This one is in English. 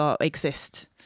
exist